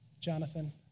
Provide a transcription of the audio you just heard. Jonathan